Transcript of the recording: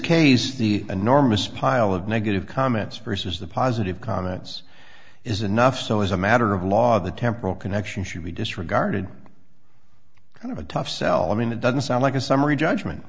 case the enormous pile of negative comments first is the positive comments is enough so as a matter of law the temporal connection should be disregarded kind of a tough sell i mean it doesn't sound like a summary judgment